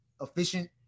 efficient